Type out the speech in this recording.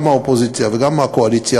גם מהאופוזיציה וגם מהקואליציה,